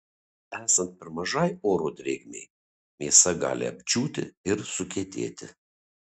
esant per mažai oro drėgmei mėsa gali apdžiūti ir sukietėti